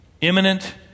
imminent